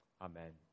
Amen